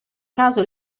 caso